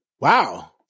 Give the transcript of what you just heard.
wow